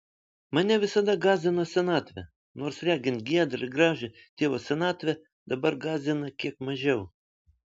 mane visada gąsdino senatvė nors regint giedrą ir gražią tėvo senatvę dabar gąsdina kiek mažiau